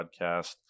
podcast